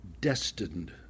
destined